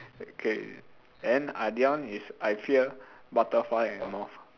okay then other one is I fear butterfly and moth